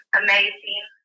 amazing